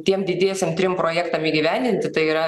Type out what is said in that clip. tiem didiesiem trim projektam įgyvendinti tai yra